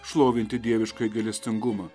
šlovinti dieviškąjį gailestingumą